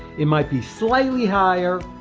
it might be slightly higher,